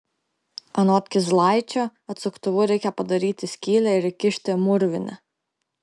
anot kizlaičio atsuktuvu reikia padaryti skylę ir įkišti mūrvinę